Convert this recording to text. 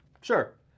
sure